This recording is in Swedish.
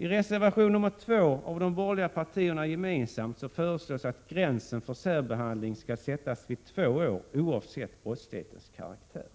I reservation nr 2, som är gemensam för de borgerliga partierna, föreslås att gränsen för särbehandling skall sättas till två år oavsett brottslighetens karaktär.